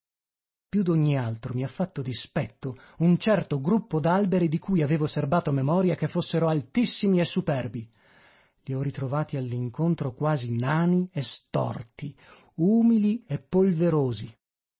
vedute più d'ogni altro mi ha fatto dispetto un certo gruppo d'alberi di cui avevo serbato memoria che fossero altissimi e superbi i ho ritrovati all'incontro quasi nani e storti umili e polverosi